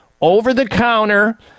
over-the-counter